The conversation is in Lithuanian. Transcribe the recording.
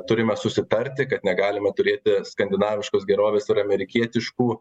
turime susitarti kad negalime turėti skandinaviškos gerovės ir amerikietiškų